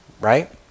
Right